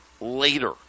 later